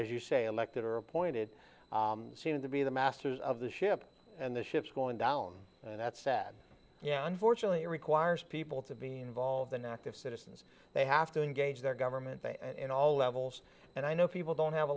as you say elected or appointed seem to be the masters of the ship and the ship's going down and that's sad yeah unfortunately it requires people to be involved in active citizens they have to engage their government in all levels and i know people don't have a